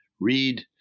Read